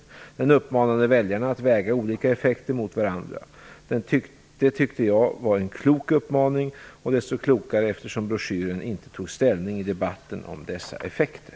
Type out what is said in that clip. I den uppmanades väljarna att väga olika effekter mot varandra. Det tycker jag var en klok uppmaning, desto klokare eftersom det i broschyren inte togs ställning i debatten om dessa effekter.